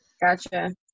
Gotcha